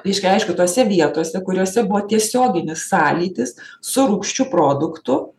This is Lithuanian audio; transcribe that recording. reiškia aišku tose vietose kuriose buvo tiesioginis sąlytis su rūgščiu produktu